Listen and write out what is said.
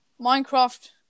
Minecraft